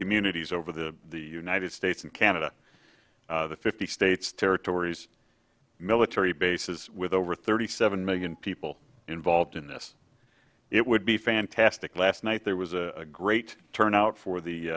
communities over the united states and canada the fifty states territories military bases with over thirty seven million people involved in this it would be fantastic last night there was a great turnout for